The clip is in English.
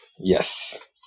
Yes